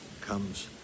comes